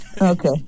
okay